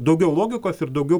daugiau logikos ir daugiau